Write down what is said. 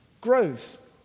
growth